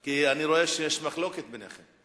כי אני רואה שיש מחלוקת ביניכם.